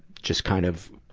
just kind of,